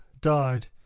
died